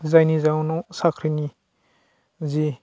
जायनि जाहोनाव साख्रिनि जि